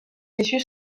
issues